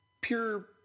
pure